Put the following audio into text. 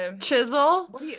chisel